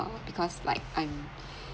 all because like I'm